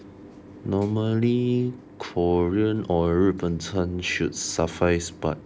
normally korean or 日本餐 should suffice but